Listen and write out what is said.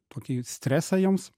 tokį stresą joms